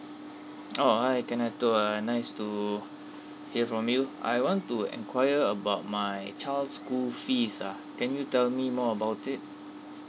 oh hi kannetho uh nice to hear from you I want to enquire about my child's school fees ah can you tell me more about it